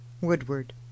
Woodward